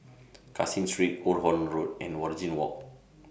Caseen Street Old Holland Road and Waringin Walk